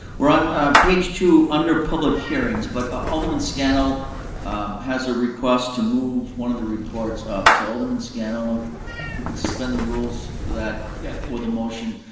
we're on page two, under public hearings. but ah alderman scannell has a request to move one of the reports up. so alderman scannell, if you could spend the rules for that yeah with the motion.